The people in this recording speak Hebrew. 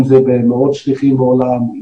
אם זה במאות שליחים בעולם,